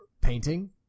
painting